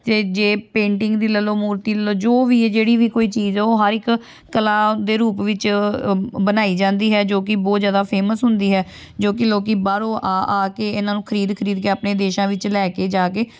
ਅਤੇ ਜੇ ਪੇਂਟਿੰਗ ਦੀ ਲੈ ਲਓ ਮੂਰਤੀ ਲੈ ਲਓ ਜੋ ਵੀ ਹੈ ਜਿਹੜੀ ਵੀ ਕੋਈ ਚੀਜ਼ ਆ ਉਹ ਹਰ ਇੱਕ ਕਲਾ ਦੇ ਰੂਪ ਵਿੱਚ ਬਣਾਈ ਜਾਂਦੀ ਹੈ ਜੋ ਕਿ ਬਹੁਤ ਜ਼ਿਆਦਾ ਫੇਮਸ ਹੁੰਦੀ ਹੈ ਜੋ ਕਿ ਲੋਕ ਬਾਹਰੋਂ ਆ ਆ ਕੇ ਇਹਨਾਂ ਨੂੰ ਖ਼ਰੀਦ ਖ਼ਰੀਦ ਕੇ ਆਪਣੇ ਦੇਸ਼ਾਂ ਵਿੱਚ ਲੈ ਕੇ ਜਾ ਕੇ